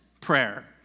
prayer